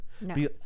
No